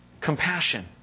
Compassion